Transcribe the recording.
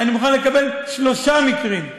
אני מוכן לקבל שלושה מקרים.